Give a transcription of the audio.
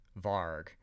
Varg